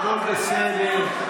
הכול בסדר.